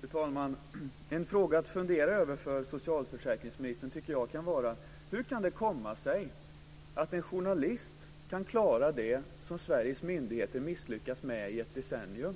Fru talman! En fråga att fundera över för socialförsäkringsministern tycker jag kan vara: Hur kan det komma sig att en journalist kan klara det som Sveriges myndigheter misslyckats med i ett decennium?